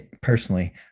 personally